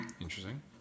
interesting